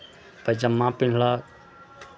पैजामा पेन्हलक